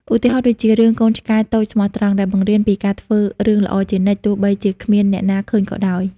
ឧទាហរណ៍ដូចជា រឿង កូនឆ្កែតូចស្មោះត្រង់ ដែលបង្រៀនពីការធ្វើរឿងល្អជានិច្ច ទោះបីជាគ្មានអ្នកណាឃើញក៏ដោយ។